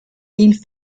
ils